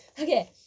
Okay